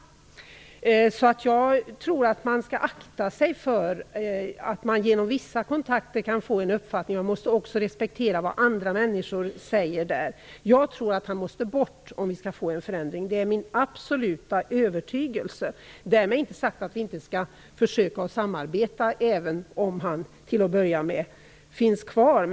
Jag tror att man skall akta sig för att genom vissa kontakter bilda sig en uppfattning. Man måste också respektera vad andra människor säger. Jag tror att Castro måste bort om det skall bli någon förändring. Det är min absoluta övertygelse. Därmed inte sagt att vi inte skall försöka att samarbeta även om han till att börja med finns kvar.